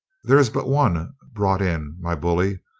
there is but one brought in, my bully.